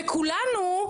וכולנו,